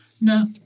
No